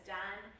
done